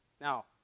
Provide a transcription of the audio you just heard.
Now